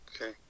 Okay